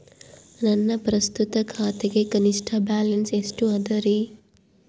ನನ್ನ ಪ್ರಸ್ತುತ ಖಾತೆಗೆ ಕನಿಷ್ಠ ಬ್ಯಾಲೆನ್ಸ್ ಎಷ್ಟು ಅದರಿ?